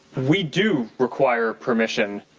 we do require permission